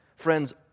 Friends